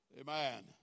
Amen